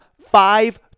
five